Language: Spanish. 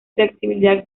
flexibilidad